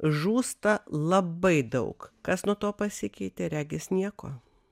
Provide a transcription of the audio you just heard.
žūsta labai daug kas nuo to pasikeitė regis nieko